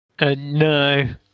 No